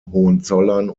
hohenzollern